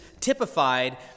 typified